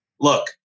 look